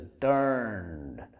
turned